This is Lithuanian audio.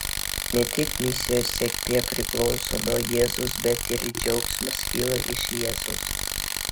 ne tik misijos sėkmė priklauso nuo jėzaus bet ir džiaugsmas kyla iš jėzaus